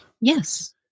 yes